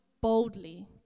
boldly